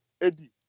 Eddie